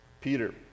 Peter